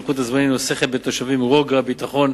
סולודקין שאלה את שר האוצר ביום ט"ו באב התשס"ט (5 באוגוסט 2009):